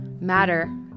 matter